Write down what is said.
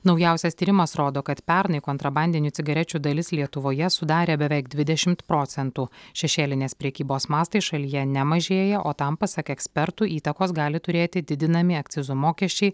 naujausias tyrimas rodo kad pernai kontrabandinių cigarečių dalis lietuvoje sudarė beveik dvidešimt procentų šešėlinės prekybos mastai šalyje nemažėja o tam pasak ekspertų įtakos gali turėti didinami akcizo mokesčiai